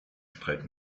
streit